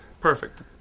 Perfect